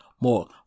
more